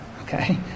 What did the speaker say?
okay